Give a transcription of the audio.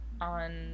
on